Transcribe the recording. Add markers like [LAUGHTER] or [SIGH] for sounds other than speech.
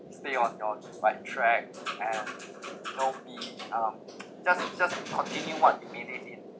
be on your own like track and you know be um [NOISE] just just continue what you mean it